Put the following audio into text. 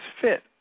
fit